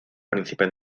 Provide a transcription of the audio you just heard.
príncipe